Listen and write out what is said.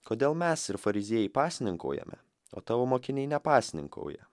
kodėl mes ir fariziejai pasninkaujame o tavo mokiniai nepasninkaują